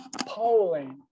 polling